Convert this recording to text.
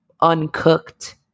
uncooked